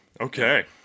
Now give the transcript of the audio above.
Okay